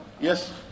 Yes